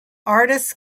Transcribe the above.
artists